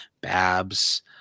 Babs